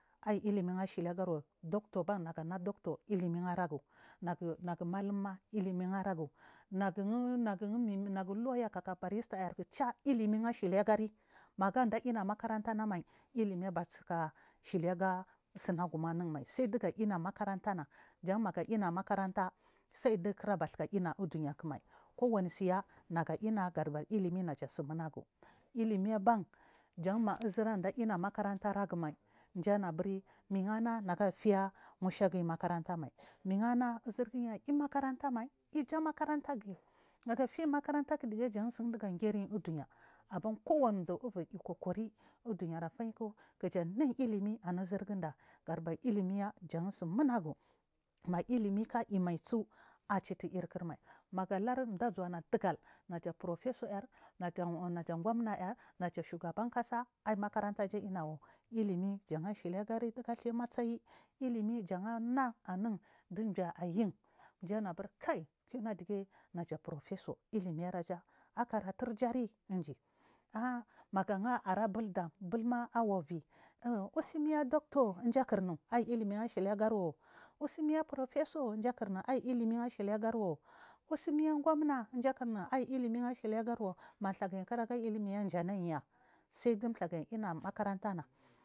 Aiy ilimin ashiliagari wu dortor aban managana doctor ilimin gar a gun a gum alum ma ilimin aragu nagun loya kaka barista ku chya ilimin ngashiliagary magan da luna makaranta namai ilimi balhka shiliga sunagum nan um mai sai duga luna ma karan tana maga luna makaranta saiy dugu kuru balhik iuna mai kuwami suya nga luna gadu bar ilimi naja su muna gu jan ma uzur nda luna makaranta a ragumai nji anu a buri minna agu aiy nda fiya nusha guy umakarantami kuna uzur guy aiya makaranta mai iuja maka ranta guy maga fiy umakaranta ku dugi jan sudugu angiriy udun ya dukuwan mdu ivir kuku li kuja nall ilimi anu uzur gunda gadu bar ilimiya jan sumunagu ilimi ku aiy mai chu achutu rikur mai kalurmdu azuwana dugar naja gomna naja subaban kasa naja puropiso naja gomma aiy naja shugaban kasa aiy makaranta du jiya aiuna wu ilimi jan a shili aga masayi ilimi jandu mji ayun nmji anu aburi kai kuna dugi naja puru piso naja akarantur jari dunji a magar nga ara bul dam bul ma awavi usy muya doctor damji aiy ilimin ashiliagari ww usy muya gomna dum ji akura nu aiy ilimin ashiliagari wu malhaguyi kura ga ilimi. Ya mji nay ya say du mlhagay aluna makarantanah.